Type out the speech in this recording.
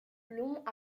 long